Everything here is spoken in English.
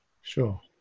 Sure